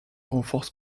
renforce